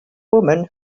woman